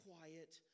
quiet